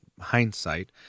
hindsight